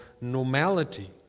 normality